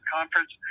Conference